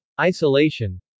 isolation